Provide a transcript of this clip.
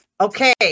Okay